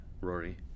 Rory